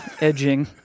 edging